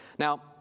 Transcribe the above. Now